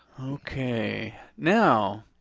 okay, now.